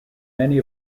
many